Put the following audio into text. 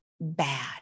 bad